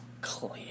Clear